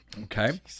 okay